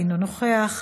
אינו נוכח,